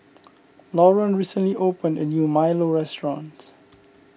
Lauren recently opened a new Milo restaurant